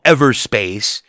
Everspace